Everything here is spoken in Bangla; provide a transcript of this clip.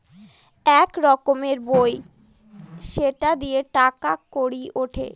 এক রকমের বই সেটা দিয়ে টাকা কড়ি উঠে